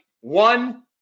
one